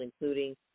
including